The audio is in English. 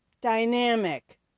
dynamic